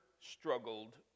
struggled